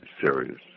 serious